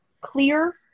clear